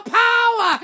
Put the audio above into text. power